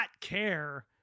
care